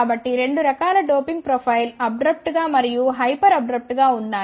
కాబట్టి 2 రకాల doping profile abrupt గా మరియు హైపర్ అబ్రప్ట్ గా ఉన్నాయి